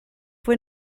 fwy